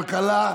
כלכלה.